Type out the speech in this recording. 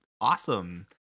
awesome